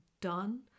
done